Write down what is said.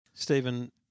Stephen